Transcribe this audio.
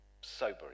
sobering